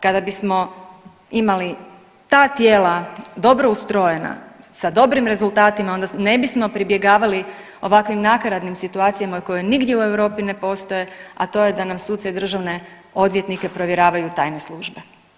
Kada bismo imali ta tijela dobro ustrojena, sa dobrim rezultatima onda ne bismo pribjegavali ovakvim nakaradnim situacijama koje nigdje u Europi ne postoje, a to je da nam suce i državne odvjetnike provjeravaju tajne službe.